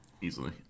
Easily